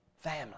Family